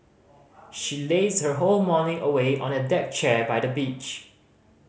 she lazed her whole morning away on a deck chair by the beach